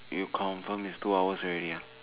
you confirm is two hours already ah